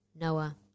Noah